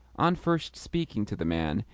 on first speaking to the man,